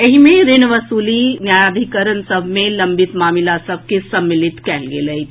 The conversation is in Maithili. एहि मे ऋण वसूली न्यायाधिकरण सभ मे लम्बित मामिला सभ के सम्मिलित कयल गेल अछि